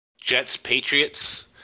Jets-Patriots